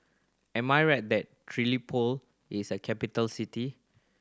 am I right that Tripoli is a capital city